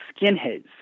skinheads